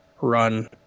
run